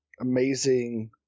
amazing